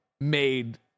made